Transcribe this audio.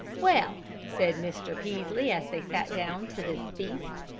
well, said mr. peaslee, as they sat down to this feast,